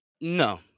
no